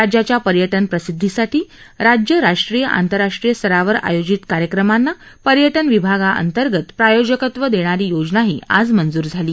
राज्याच्या पर्यटन प्रसिद्धीसाठी राज्य राष्ट्रीय आंतरराष्ट्रीय स्तरावर आयोजित कार्यक्रमांना पर्यटन विभागाअंतर्गतज प्रायोजकत्व देणारी योजनाही आज मंजूर झाली